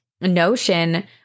notion